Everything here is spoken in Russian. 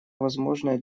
возможное